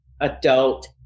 adult